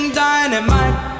dynamite